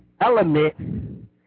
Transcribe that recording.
element